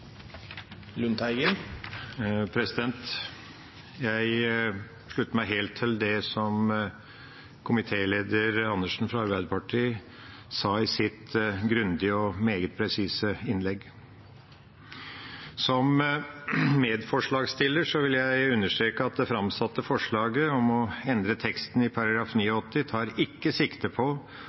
Jeg slutter meg helt til det som komitéleder Andersen fra Arbeiderpartiet sa i sitt grundige og meget presise innlegg. Som medforslagsstiller vil jeg understreke at det framsatte forslaget om å endre teksten i § 89 ikke tar sikte på